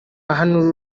ahanura